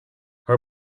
her